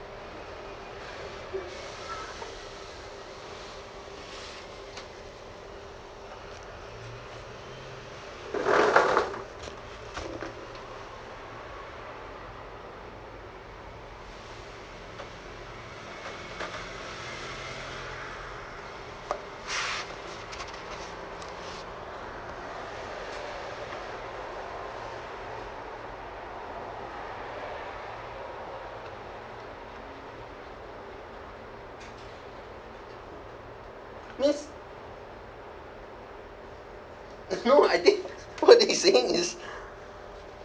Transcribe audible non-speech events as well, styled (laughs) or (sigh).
miss no (laughs) I think what he's saying is